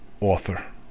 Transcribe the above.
author